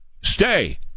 Stay